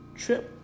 trip